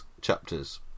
chapters